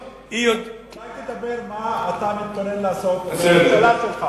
אולי תדבר מה אתה מתכונן לעשות, קלטתי אותך.